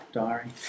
diary